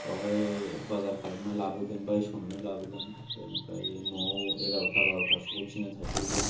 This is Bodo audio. बावहाय बाजार खालामनानै लाबोगोन बायसननानै लाबोगोन ओमफ्राय न'आव एगारता बारता सफैफिनगोन साइकेलजों